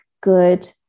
good